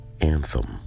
anthem